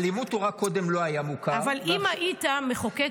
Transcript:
לימוד התורה קודם לא היה מוכר ועכשיו --- אבל אם היית מחוקק